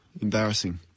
embarrassing